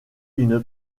une